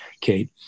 Kate